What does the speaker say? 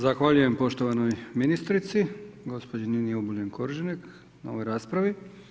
Zahvaljujem poštovanoj ministrici gospođi Nini Obuljen Koržinek na ovoj raspravi.